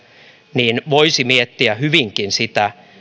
voisi hyvinkin miettiä